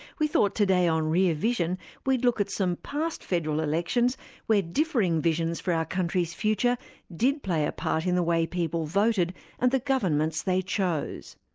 we thought today on rear vision we'd look at some past federal elections where differing visions for our country's future did play a part in the way people voted and the governments they chose.